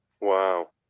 Wow